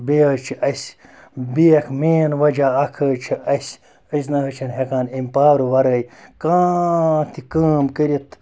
بیٚیہِ حظ چھِ اَسہِ بیٛاکھ مین وَجہ اَکھ حظ چھِ اَسہِ أسۍ نہ حظ چھِنہٕ ہٮ۪کان أمۍ پاورٕ وَرٲے کانٛہہ تہِ کٲم کٔرِتھ